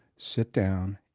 sit down,